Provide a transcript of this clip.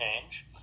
change